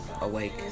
awake